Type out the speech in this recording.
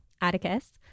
Atticus